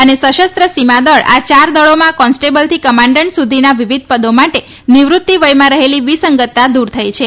અને સશ સીમા દળ આ યાર દળોમાં કોન્સ્ટેબલથી કમાન્ડન્ટ સુધીના વિવિધ પદો માટે નિવૃત્તીવથમાં રહેલી વિસંગતતા દૂર થઇ છે